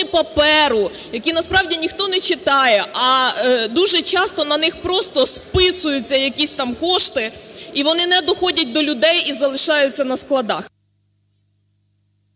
паперу, які насправді ніхто не читає, а дуже часто на них просто списуються якісь там кошти, і вони не доходять до людей і залишаються на складах.